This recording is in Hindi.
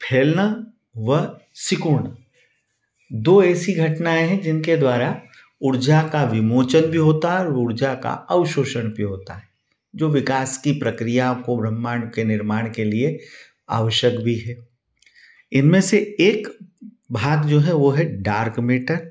फैलना व सिकुड़ना दो ऐसी घटनाएँ हैं जिनके द्वारा ऊर्जा का विमोचन भी होता है और ऊर्जा का अवशोषण भी होता है जो विकास की प्रक्रिया आपको ब्रह्माण्ड के निर्माण के लिए आवश्यक भी है इनमें से एक भाग जो है वह है डार्क मैटर